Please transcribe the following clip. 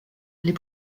les